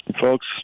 Folks